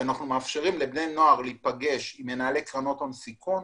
שאנחנו מאפשרים לבני נוער להיפגש עם מנהלי קרנות הון סיכון,